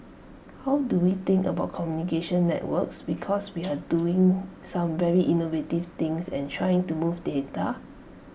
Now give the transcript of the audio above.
how do we think about communication networks because we are doing some very innovative things and trying to move data